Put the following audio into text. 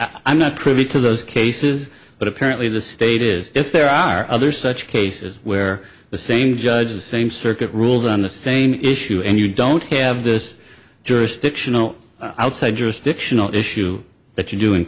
i'm not privy to those cases but apparently the state is if there are other such cases where the same judge the same circuit rules on the same issue and you don't have this jurisdictional outside jurisdictional issue that you do